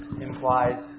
implies